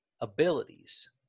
abilities